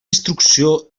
instrucció